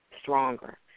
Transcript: stronger